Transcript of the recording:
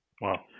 Wow